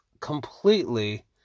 Completely